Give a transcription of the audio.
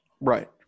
Right